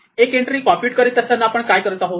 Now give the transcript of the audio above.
एक entry compute करत असताना आपण काय करत आहोत